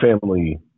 family